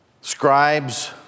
Scribes